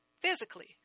physically